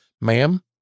Ma'am